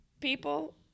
people